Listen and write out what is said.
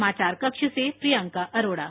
समाचार कक्ष से प्रियंका अरोड़ा